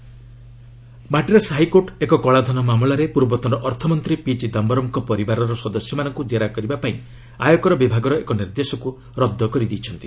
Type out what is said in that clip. court Chidambaram Madras high court ଏକ କଳାଧନ ମାମଲାରେ ପୂର୍ବତନ ଅର୍ଥମନ୍ତ୍ରୀ ପି ଚିଦାମ୍ଭରମ୍ଙ୍କ ପରିବାରର ସଦସ୍ୟମାନଙ୍କୁ ଜେରା କରିବାପାଇଁ ଆୟକର ବିଭାଗର ଏକ ନିର୍ଦ୍ଦେଶକୁ ରଦ୍ଦ କରିଦେଇଛନ୍ତି